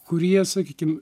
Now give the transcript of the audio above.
kurie sakykime